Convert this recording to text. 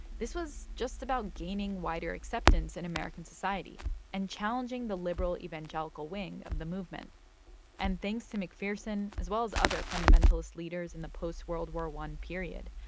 this was just about gaining wider acceptance in american society and challenging the liberal evangelical wing of the movement and thanks to mcpherson, as well as other fundamentalist leaders in the post-world war i period,